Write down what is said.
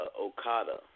Okada